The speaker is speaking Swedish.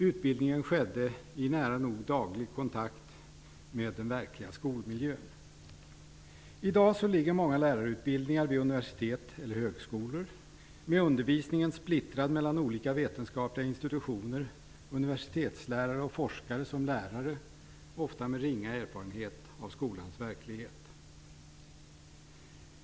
Utbildningen skedde i nära nog daglig kontakt med den verkliga skolmiljön. I dag ligger många lärarutbildningar vid universitet eller högskolor med undervisningen splittrad mellan olika vetenskapliga institutioner, universitetslärare och forskare som lärare, ofta med ringa erfarenhet av skolans verklighet.